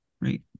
right